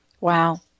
Wow